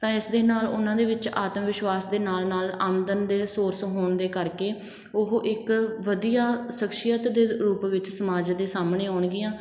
ਤਾਂ ਇਸ ਦੇ ਨਾਲ ਉਹਨਾਂ ਦੇ ਵਿੱਚ ਆਤਮ ਵਿਸ਼ਵਾਸ ਦੇ ਨਾਲ ਨਾਲ ਆਮਦਨ ਦੇ ਸੋਰਸ ਹੋਣ ਦੇ ਕਰਕੇ ਉਹ ਇੱਕ ਵਧੀਆ ਸ਼ਖਸੀਅਤ ਦੇ ਰੂਪ ਵਿੱਚ ਸਮਾਜ ਦੇ ਸਾਹਮਣੇ ਆਉਣਗੀਆਂ